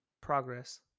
Progress